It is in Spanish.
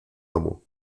amo